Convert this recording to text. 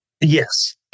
Yes